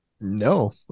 no